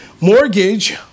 mortgage